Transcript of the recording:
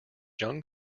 young